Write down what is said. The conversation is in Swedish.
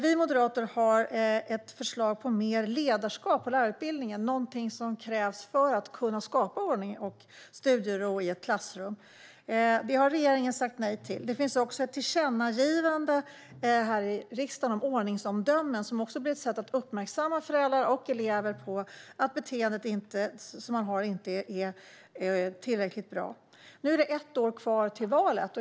Vi moderater har lagt fram ett förslag på mer utbildning i ledarskap på lärarutbildningen. Det krävs för att man ska kunna skapa ordning och studiero i ett klassrum. Regeringen har sagt nej till vårt förslag. Det finns också ett tillkännagivande från riksdagen om ordningsomdömen. Det kan vara ett sätt att uppmärksamma föräldrar och elever på om ett beteende inte är tillräckligt bra. Nu är det ett år kvar till valet.